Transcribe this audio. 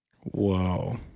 Whoa